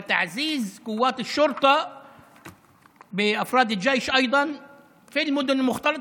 וכן תגבור כוחות המשטרה באנשי צבא בערים המעורבות,